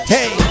Hey